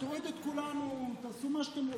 תורידו את כולנו, תעשו מה שאתם רוצים.